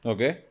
Okay